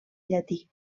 llatí